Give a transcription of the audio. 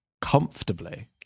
comfortably